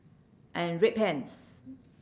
and red pants